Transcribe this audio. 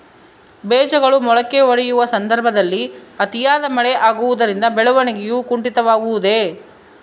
ಬೇಜಗಳು ಮೊಳಕೆಯೊಡೆಯುವ ಸಂದರ್ಭದಲ್ಲಿ ಅತಿಯಾದ ಮಳೆ ಆಗುವುದರಿಂದ ಬೆಳವಣಿಗೆಯು ಕುಂಠಿತವಾಗುವುದೆ?